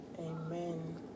Amen